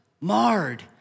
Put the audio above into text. marred